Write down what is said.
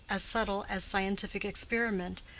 as subtle as scientific experiment,